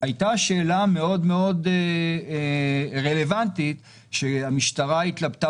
הייתה שאלה מאוד רלוונטית שהמשטרה התלבטה